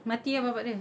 mati ah bapa dia